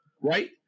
right